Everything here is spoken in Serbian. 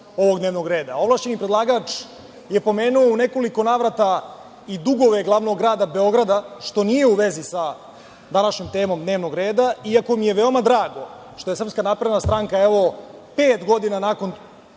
Ovlašćeni predlagač je pomenuo u nekoliko navrata i dugove glavnog grada Beograda, što nije u vezi sa današnjom temom dnevnog reda, iako mi je veoma drago što je SNS evo pet godina nakon